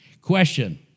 Question